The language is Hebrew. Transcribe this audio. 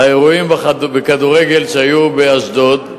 האירועים בכדורגל שהיו באשדוד,